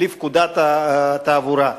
לפקודת התעבורה.